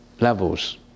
levels